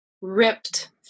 ripped